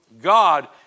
God